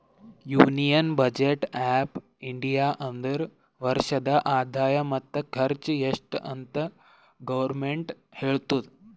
union budget of India ಅಂದುರ್ ವರ್ಷದ ಆದಾಯ ಮತ್ತ ಖರ್ಚು ಎಸ್ಟ್ ಅಂತ್ ಗೌರ್ಮೆಂಟ್ ಹೇಳ್ತುದ